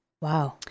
Wow